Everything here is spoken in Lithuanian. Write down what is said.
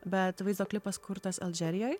bet vaizdo klipas kurtas aldžerijoj